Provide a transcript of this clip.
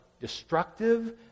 destructive